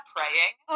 Praying